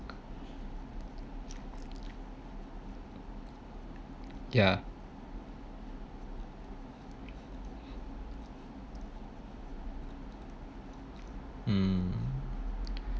yeah mm